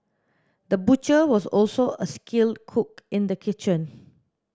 the butcher was also a skilled cook in the kitchen